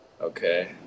Okay